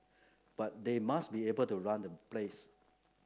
but they must be able to run the place